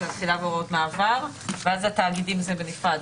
תחילה והוראות מעבר ואז התאגידים בנפרד.